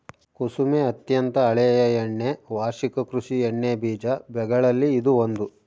ಕುಸುಮೆ ಅತ್ಯಂತ ಹಳೆಯ ಎಣ್ಣೆ ವಾರ್ಷಿಕ ಕೃಷಿ ಎಣ್ಣೆಬೀಜ ಬೆಗಳಲ್ಲಿ ಇದು ಒಂದು